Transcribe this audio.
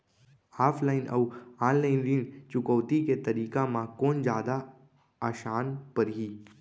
Offline अऊ online ऋण चुकौती के तरीका म कोन जादा आसान परही?